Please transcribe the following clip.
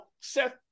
Seth